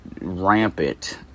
rampant